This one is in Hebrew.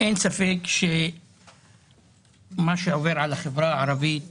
אין ספק שמה שעובר על החברה הערבית